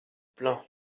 plein